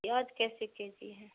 پیاز کیسے K G ہے